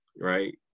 right